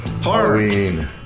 Halloween